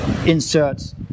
insert